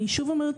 אני שוב אומרת,